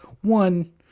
one